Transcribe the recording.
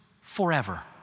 forever